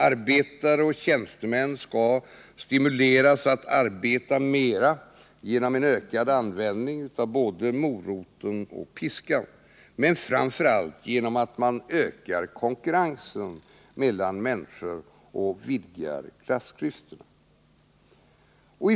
Arbetare och tjänstemän skall stimuleras att arbeta mer genom en ökad användning av både morot och piska, men framför allt genom att man ökar konkurrensen mellan människor och vidgar klassklyftorna.